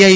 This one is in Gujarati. આઈ